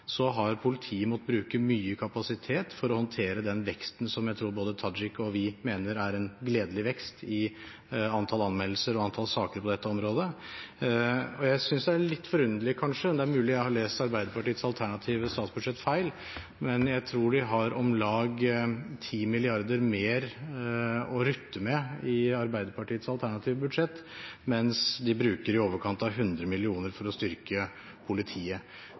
har politiet måttet bruke mye kapasitet for å håndtere den veksten som jeg tror både Tajik og vi mener er en gledelig vekst i antall anmeldelser og antall saker på dette området. Jeg synes det er litt forunderlig, kanskje, men det er mulig at jeg har lest Arbeiderpartiets alternative statsbudsjett feil, at de, tror jeg, har om lag 10 mrd. kr mer å rutte med i sitt alternative budsjett, mens de bruker i overkant av 100 mill. kr på å styrke politiet.